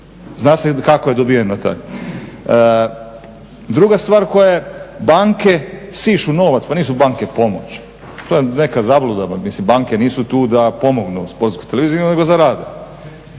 Zna se kako je dobiveno. Druga stvar koja je, banke sišu novac, pa nisu banke pomoć, to je neka zabluda, mislim banke nisu tu da pomognu Sportskoj televiziji nego da zarade.